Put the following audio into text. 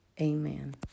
Amen